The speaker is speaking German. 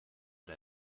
der